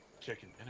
chicken